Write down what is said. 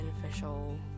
beneficial